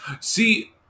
See